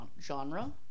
genre